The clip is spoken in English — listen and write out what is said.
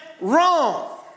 wrong